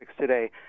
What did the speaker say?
today